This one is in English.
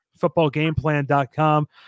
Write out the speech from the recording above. footballgameplan.com